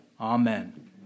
Amen